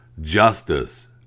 justice